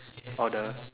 or the